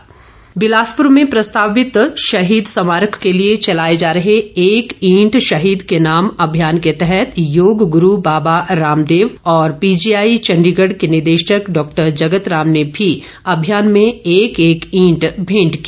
ईट बिलासपुर में प्रस्तावित शहीद स्मारक के लिए चलाए जा रहे एक ईंट शहीद के नाम अभियान के तहत योग गुरू बाबा रामदेव और पीजीआई चण्डीगढ़ के निदेशक डॉक्टर जगत राम ने भी अभियान में एक एक ईंट भेंट की